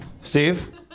Steve